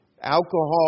Alcohol